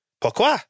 Pourquoi